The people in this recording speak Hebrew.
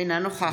אינה נוכחת.